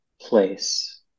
place